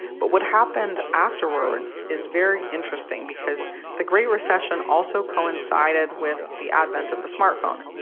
but what happened afterwards is very interesting because the great recession also coincided with the advent of the smartphone.